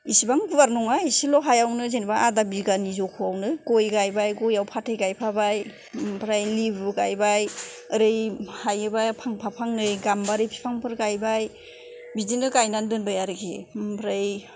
इसेबां गुवार नङा एसेल' हायावनो जेनेबा आधा बिगानि जखायावनो गय गायबाय गयआव फाथै गायफाबाय ओमफ्राय लिबु गायबाय ओरै हायोबा फांसे फांनै गामबारि बिफांफोर गायबाय बिदिनो गायनानै दोनबाय आरोखि ओमफ्राय